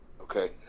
Okay